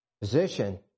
Position